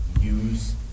use